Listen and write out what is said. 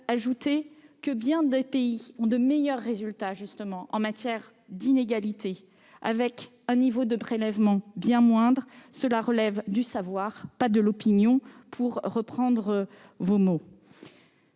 J'ajoute que nombre de pays ont de meilleurs résultats en matière d'inégalités avec un niveau de prélèvements bien moindre. Cela relève du savoir et non de l'opinion, pour reprendre vos mots,